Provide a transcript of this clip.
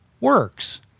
works